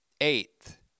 Eighth